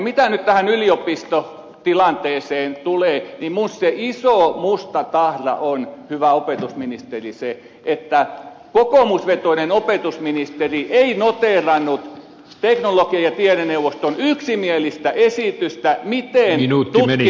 mitä nyt tähän yliopistotilanteeseen tulee niin minusta se iso musta tahra hyvä opetusministeri on se että kokoomusvetoinen opetusministeri ei noteerannut teknologia ja tiedeneuvoston yksimielistä esitystä miten tutkimus ja kehittämisrahoja pitää lisätä